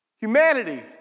humanity